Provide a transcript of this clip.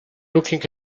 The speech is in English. looking